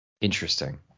Interesting